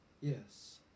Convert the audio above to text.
Yes